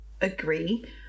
agree